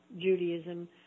Judaism